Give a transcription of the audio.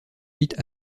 huit